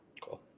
Cool